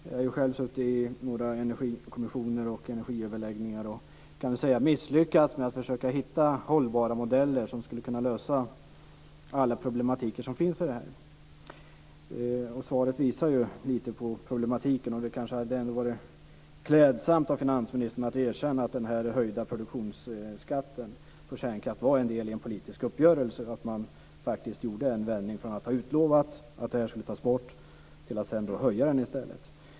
Jag har själv suttit med i några energikommissioner och energiöverläggningar och misslyckats med att hitta hållbara modeller som skulle kunna bidra till att lösa alla problem som finns på det här området. Svaret visar lite på problematiken, och det hade kanske ändå varit klädsamt av finansministern att erkänna att den höjda produktionsskatten på kärnkraft var en del i en politisk uppgörelse. Man gjorde en vändning från att ha utlovat att denna skatt skulle tas bort till att sedan höja den i stället.